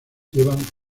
llevan